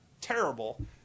terrible